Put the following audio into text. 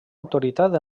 autoritat